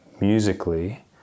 musically